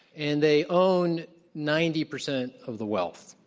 and they own ninety percent of the wealth.